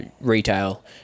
retail